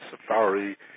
Safari